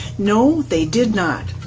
no they did not!